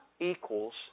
equals